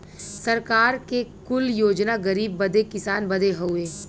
सरकार के कुल योजना गरीब बदे किसान बदे हउवे